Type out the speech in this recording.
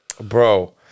bro